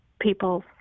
people